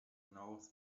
knows